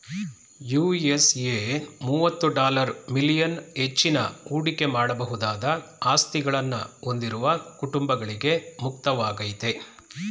USA ಮುವತ್ತು dollar million ಹೆಚ್ಚಿನ ಹೂಡಿಕೆ ಮಾಡಬಹುದಾದ ಆಸ್ತಿಗಳನ್ನ ಹೊಂದಿರುವ ಕುಟುಂಬಗಳ್ಗೆ ಮುಕ್ತವಾಗೈತೆ